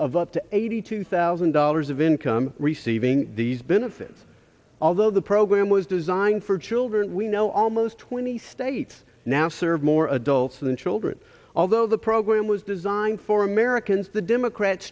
of up to eighty two thousand dollars of income receiving these benefits although the program was designed for children we know almost twenty states now serve more adults than children although the program was designed for americans the democrats